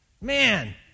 Man